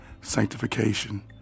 sanctification